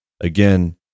again